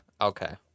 Okay